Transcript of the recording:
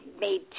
made